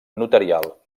notarial